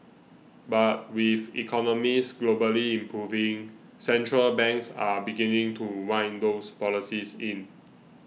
but with economies globally improving central banks are beginning to wind those policies in